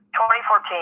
2014